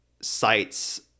sites